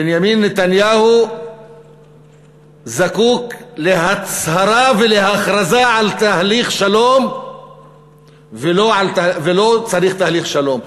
בנימין נתניהו זקוק להצהרה ולהכרזה על תהליך שלום ולא צריך תהליך שלום.